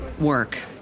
work